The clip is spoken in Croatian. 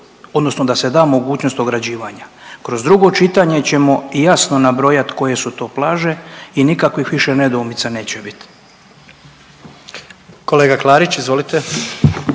odnosno da se da mogućnost ograđivanja. Kroz drugo čitanje ćemo jasno nabrojati koje su to plaže i nikakvih više nedoumica neće biti. **Jandroković, Gordan